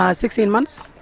um sixteen months.